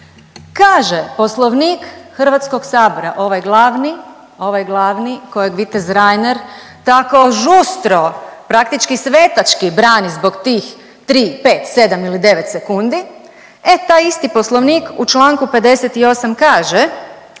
kaže poslovnik HS-a ovaj glavni, ovaj glavni kojeg vitez Reiner tako žustro praktički svetački brani zbog tih 3, 5, 7 ili 9 sekundi e taj isti poslovnik u čl. 58. kaže